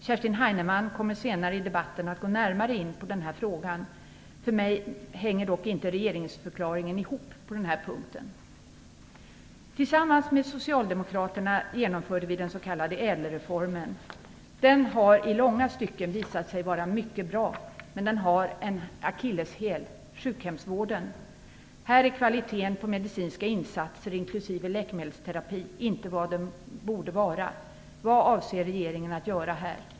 Kerstin Heinemann kommer senare i debatten att gå närmare in på denna fråga. För mig hänger regeringsförklaringen på den här punkten dock inte ihop. Tillsammans med Socialdemokraterna genomförde vi den s.k. ÄDEL-reformen. Den har i långa stycken visat sig vara mycket bra, men den har en akilleshäl: sjukhemsvården. Här är kvaliteten på medicinska insatser, inklusive läkemedelsterapi, inte vad den borde vara. Vad avser regeringen att göra här?